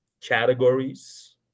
categories